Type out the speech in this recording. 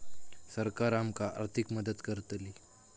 सरकार आमका आर्थिक मदत करतली?